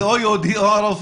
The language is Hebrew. זה או יהודי או ערבי,